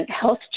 health